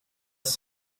both